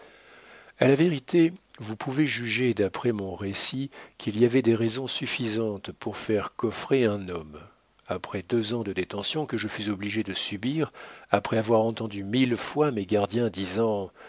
a la vérité vous pouvez juger d'après mon récit qu'il y avait des raisons suffisantes pour faire coffrer un homme après deux ans de détention que je fus obligé de subir après avoir entendu mille fois mes gardiens